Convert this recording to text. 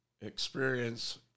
experience